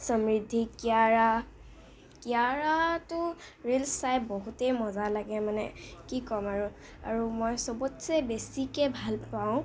সমৃদ্ধি কিয়াৰা কিয়াৰাতো ৰিলচ চাই বহুতে মজা লাগে মানে কি ক'ম আৰু আৰু মই চবতচে বেছিকৈ ভালপাওঁ